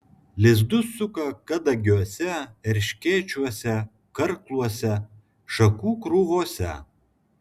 lizdus suka kadagiuose erškėčiuose karkluose šakų krūvose